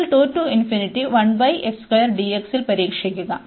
ൽ പരീക്ഷിക്കുക